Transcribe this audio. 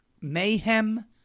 mayhem